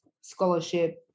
scholarship